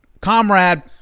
comrade